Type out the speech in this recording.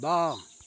वाह